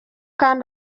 kandi